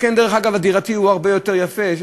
דרך אגב, ההתקן הדירתי הוא הרבה יותר יפה.